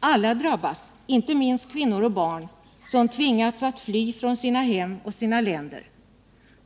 Alla drabbas, inte minst kvinnor och barn som tvingas att fly från sina hem och från sina länder.